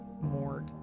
morgue